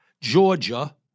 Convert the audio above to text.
Georgia